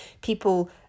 people